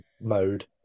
mode